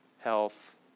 health